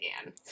again